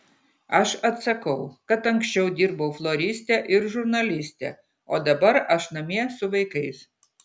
aš atsakau kad anksčiau dirbau floriste ir žurnaliste o dabar aš namie su vaikais